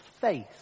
faith